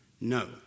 no